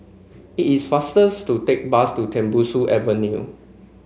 it is faster to take bus to Tembusu Avenue